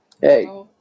Hey